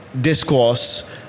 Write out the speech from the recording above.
discourse